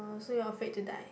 oh so you are afraid to die